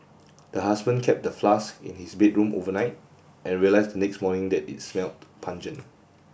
the husband kept the flask in his bedroom overnight and realised the next morning that it smelt pungent